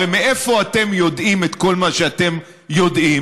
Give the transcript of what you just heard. הרי מאיפה אתם יודעים את כל מה שאתם יודעים?